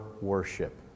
worship